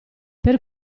per